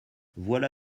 voilà